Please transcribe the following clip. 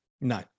no